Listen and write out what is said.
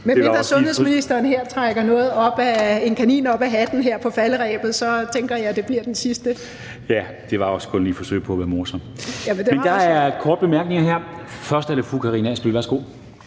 medmindre sundhedsministeren trækker en kanin op af hatten her på falderebet, tænker jeg det bliver den sidste.) Ja, det var også kun et forsøg på at være morsom. Men der er korte bemærkninger her. Først er det fru Karina Adsbøl. Værsgo.